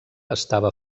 estava